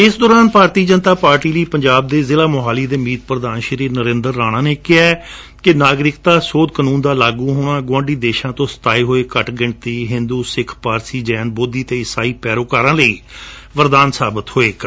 ਇਸ ਦੌਰਾਨ ਭਾਰਤੀ ਜਨਤਾ ਪਾਰਟੀ ਲਈ ਪੰਜਾਬ ਦੇ ਜਿਲ੍ਹਾ ਮੌਹਾਲੀ ਦੇ ਮੀਤ ਪ੍ਰਧਾਨ ਸ੍ਰੀ ਨਰੰਦਰ ਰਾਣਾ ਨੇ ਕਿਹੈ ਕਿ ਨਾਗਰਿਕਤਾ ਸੋਧ ਕਾਨੂੰਨ ਦਾ ਲਾਗੂ ਹੋਣਾ ਗੁਆਂਢੀ ਦੇਸ਼ਾਂ ਤੋ ਸਤਾਏ ਹੋਏ ਘੱਟ ਗਿਣਤੀ ਹਿੰਦੂ ਸਿੱਖ ਪਾਰਸੀ ਜੈਨ ਬੋਧੀ ਅਤੇ ਇਸਾਈ ਪੈਰੋਕਾਰਾਂ ਲਈ ਵਰਦਾਨ ਸਾਬਤ ਹੋਵੇਗਾ